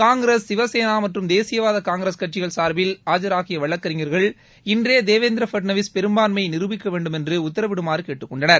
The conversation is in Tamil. காங்கிரஸ் சிசவேனா மற்றும் தேசியவாத காங்கிரஸ் கட்சிகள் சார்பில் ஆஜராகிய வழக்கறிஞர்கள் இன்றே தேவேந்திர பட்னாவிஸ் பெரும்பான்மையை நிரூபிக்க உத்தரவிடுமாறு கேட்டுக் கொண்டனர்